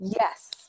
Yes